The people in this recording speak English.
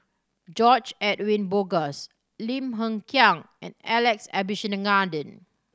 George Edwin Bogaars Lim Hng Kiang and Alex Abisheganaden